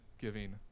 giving